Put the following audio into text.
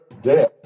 death